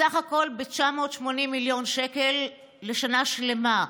בסך הכול 980 מיליון שקלים לשנה שלמה.